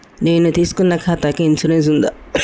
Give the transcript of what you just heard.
నేను తీసుకున్న ఖాతాకి ఇన్సూరెన్స్ ఉందా?